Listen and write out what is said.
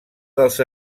dels